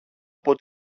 από